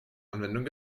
anwendung